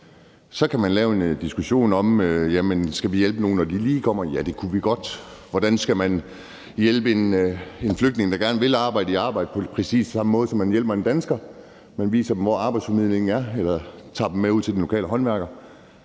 Så kan man have en diskussion om, om vi skal hjælpe nogen, lige når de kommer. Ja, det kunne vi godt. Hvordan skal man hjælpe en flygtning, der gerne vil arbejde, i arbejde? På præcis samme måde, som man hjælper en dansker: Man viser dem, hvor arbejdsformidlingen er, eller tager dem med ud til den lokale håndværker.